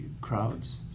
crowds